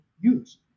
use